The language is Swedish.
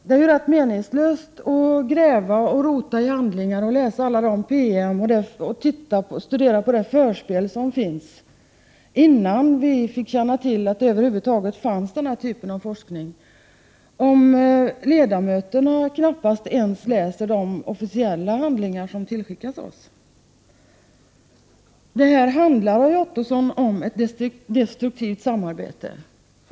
Det är rätt meningslöst att gräva och rota i handlingar, läsa alla PM och studera det förspel som fanns innan vi fick reda på att det över huvud taget fanns den här typen av forskning, om ledamöterna knappast ens läser de officiella handlingar som skickas till oss. Det här, Roy Ottosson, handlar om ett destruktivt samarbete.